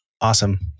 Awesome